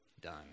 done